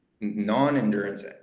non-endurance